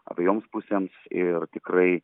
abiejoms pusėms ir tikrai